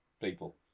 people